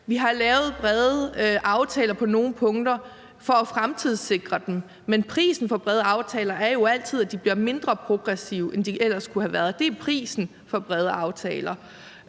Vi har lavet brede aftaler på nogle punkter for at fremtidssikre os, men prisen for brede aftaler er jo altid, at de bliver mindre progressive, end de ellers kunne have været; det er prisen for brede aftaler.